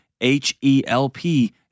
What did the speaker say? H-E-L-P